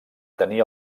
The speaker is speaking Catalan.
tenir